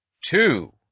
two